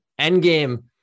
Endgame